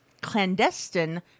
clandestine